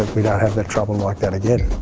we don't have the trouble like that again.